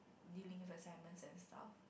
dealing with assignments and stuff